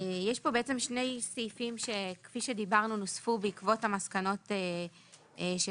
יש פה שני סעיפים שכפי שדיברנו נוספו בעקבות המסקנות של